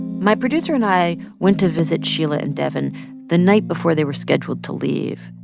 my producer and i went to visit sheila and devyn the night before they were scheduled to leave.